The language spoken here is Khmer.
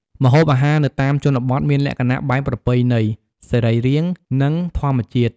ម្ហូបអាហារនៅតាមជនបទមានលក្ខណៈបែបប្រពៃណី សរីរាង្គ និងធម្មជាតិ។